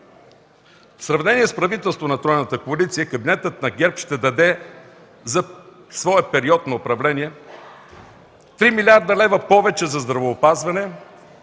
В сравнение с правителството на тройната коалиция, кабинетът на ГЕРБ ще даде за своя период на управление 3 млрд. лв. повече за здравеопазване,